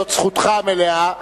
זו זכותך המלאה,